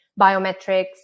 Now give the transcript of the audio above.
biometrics